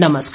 नमस्कार